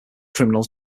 criminal